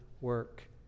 work